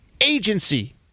agency